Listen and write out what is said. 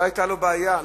לא היתה לו בעיה.